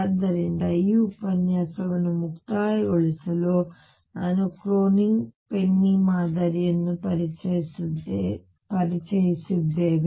ಆದ್ದರಿಂದ ಈ ಉಪನ್ಯಾಸವನ್ನು ಮುಕ್ತಾಯಗೊಳಿಸಲು ನಾವು ಕ್ರೋನಿಗ್ ಪೆನ್ನಿ ಮಾದರಿಯನ್ನು ಪರಿಚಯಿಸಿದ್ದೇವೆ